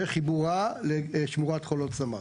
וחיבורה לשמורת חולות סמר.